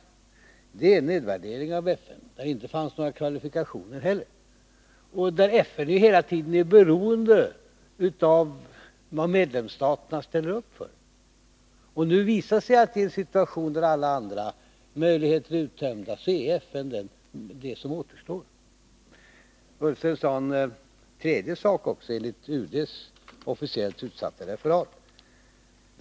Detta är en nedvärdering av FN, som innebär att man inte heller tillmäter FN några kvalifikationer i detta sammanhang. FN är hela tiden beroende av vad medlemsstaterna ställer upp för. Nu visar det sig, i en situation där alla andra möjligheter är uttömda, att en lösning via FN är det som återstår. Ola Ullsten sade en tredje sak, enligt UD:s officiella referat.